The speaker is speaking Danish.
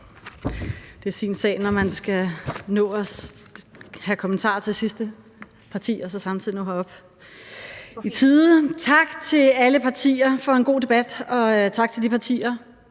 Det er sin sag, når man skal nå at have kommentarer til sidste partis ordfører og samtidig nå herop i tide. Tak til alle partier for en god debat, og tak til de partier,